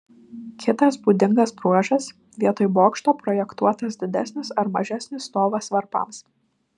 kitas būdingas bruožas vietoj bokšto projektuotas didesnis ar mažesnis stovas varpams